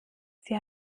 sie